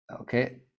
okay